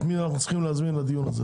את מי אנחנו צריכים להזמין לדיון הזה.